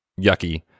yucky